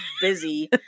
Busy